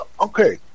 Okay